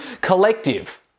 collective